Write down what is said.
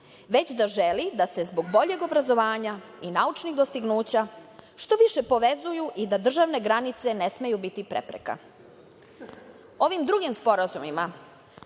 već da želi da se zbog boljeg obrazovanja i naučnih dostignuća što više povezuju i da državne granice ne smeju biti prepreka. Ovim drugim sporazumima